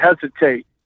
hesitate